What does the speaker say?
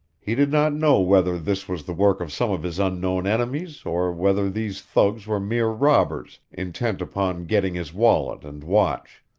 he did not know whether this was the work of some of his unknown enemies or whether these thugs were mere robbers intent upon getting his wallet and watch.